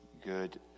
good